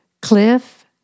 Cliff